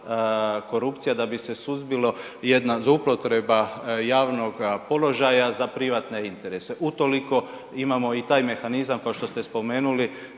korupcija, da bi se suzbilo jedna zloupotreba javnoga položaja za privatne interese. Utoliko imamo i taj mehanizam košto ste spomenuli